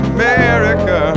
America